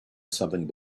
something